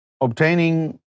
obtaining